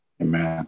Amen